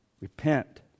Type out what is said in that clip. Repent